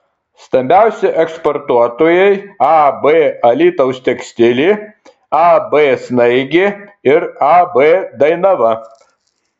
stambiausi eksportuotojai ab alytaus tekstilė ab snaigė ir ab dainava